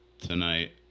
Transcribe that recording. Tonight